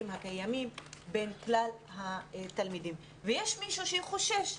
הקיימים בין כלל התלמידים - ויש מישהו שחושש.